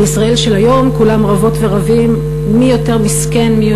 בישראל של היום כולן רבות ורבים מי יותר מקופח,